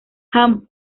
ham